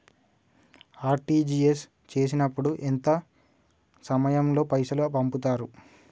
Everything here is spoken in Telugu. ఆర్.టి.జి.ఎస్ చేసినప్పుడు ఎంత సమయం లో పైసలు పంపుతరు?